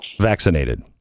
vaccinated